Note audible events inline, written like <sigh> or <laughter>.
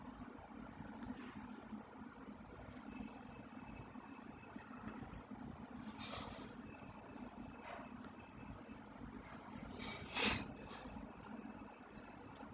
<noise>